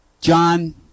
John